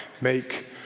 make